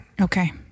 Okay